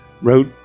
wrote